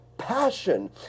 Passion